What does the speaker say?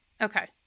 okay